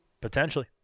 Potentially